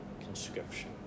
conscription